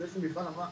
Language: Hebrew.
לפני שמיכל אמרה,